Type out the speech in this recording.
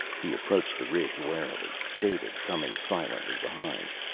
he approached the ridge warily, david coming silently behind.